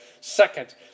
Second